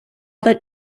that